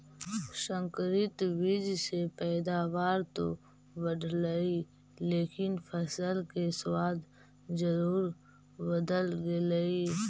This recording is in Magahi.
संकरित बीज से पैदावार तो बढ़लई लेकिन फसल के स्वाद जरूर बदल गेलइ